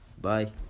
Bye